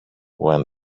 when